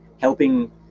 helping